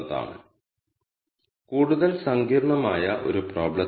തന്നിരിക്കുന്ന ഫയലിൽ നിന്നുള്ള ഡാറ്റ വായിക്കുക എന്നതാണ് അടുത്ത ഘട്ടം